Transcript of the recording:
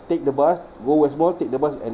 take the bus go west mall take the bus and